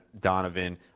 Donovan